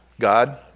God